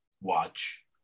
watch